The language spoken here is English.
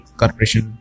corporation